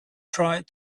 tried